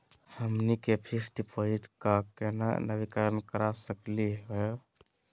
हमनी के fix deposit क केना नवीनीकरण करा सकली हो?